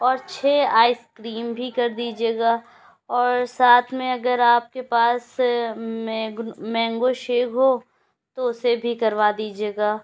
اور چھ ice cream بھی کر دیجیے گا اور ساتھ میں اگر آپ کے پاس مینگو شیک ہو تو اسے بھی کروا دیجیے گا